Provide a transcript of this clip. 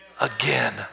again